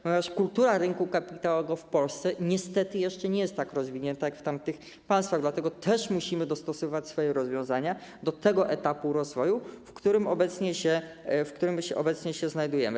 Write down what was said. Ponieważ kultura rynku kapitałowego w Polsce niestety jeszcze nie jest tak rozwinięta jak w tych państwach, dlatego też musimy dostosować swoje rozwiązania do tego etapu rozwoju, w którym obecnie się znajdujemy.